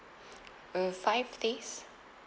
uh five days